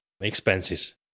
expenses